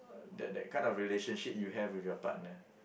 uh that that kind of relationship you have with your partner